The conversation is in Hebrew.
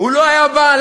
לא היה בא?